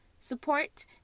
Support